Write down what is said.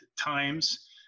times